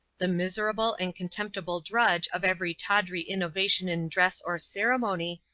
the miserable and contemptible drudge of every tawdry innovation in dress or ceremony,